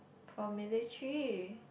for military